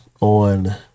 on